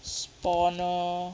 spawner